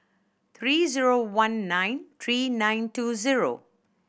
three zero one nine three nine two zero